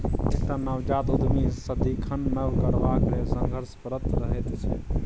एकटा नवजात उद्यमी सदिखन नब करबाक लेल संघर्षरत रहैत छै